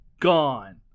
gone